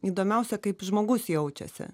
įdomiausia kaip žmogus jaučiasi